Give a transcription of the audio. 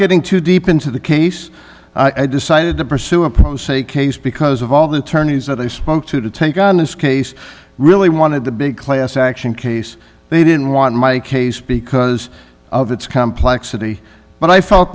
getting too deep into the case i decided to pursue a pro se case because of all the attorneys that i spoke to to take on this case really wanted the big class action case they didn't want my case because of it's complex city but i felt